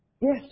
Yes